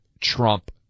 Trump